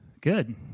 Good